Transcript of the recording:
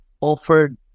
offered